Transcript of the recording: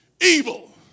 evil